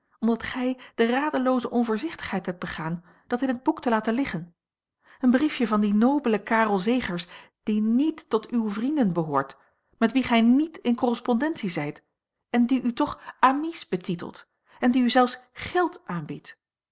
omdat gij de radelooze onvoorzichtigheid hebt begaan dat in het boek te laten liggen een briefje van dien nobelen karel zegers die niet tot uwe vrienden behoort met wien gij niet in correspondentie zijt en die u toch amice betitelt en die u zelfs geld aanbiedt